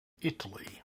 italy